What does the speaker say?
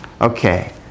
Okay